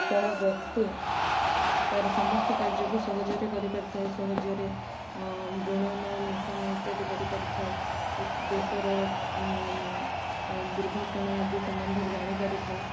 ଜଣେ ବ୍ୟକ୍ତି ତା'ର ସମସ୍ତ କାର୍ଯ୍ୟକୁ ସହଜରେ କରିପାରିଥାଏ ସହଜରେ ଗୁଣନ ମିଶାଣ ଇତ୍ୟାଦି କରିପାରୁଥାଏ ଦେଶର ଦୁର୍ଘଟଣା ଆଦି ସମ୍ବନ୍ଧରେ ଜାଣିପାରୁଥାଏ